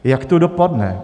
Jak to dopadne?